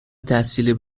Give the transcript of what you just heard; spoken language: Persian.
تحصیلی